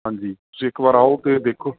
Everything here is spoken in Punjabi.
ਹਾਂਜੀ ਤੁਸੀਂ ਇੱਕ ਵਾਰ ਆਓ ਅਤੇ ਦੇਖੋ